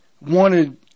wanted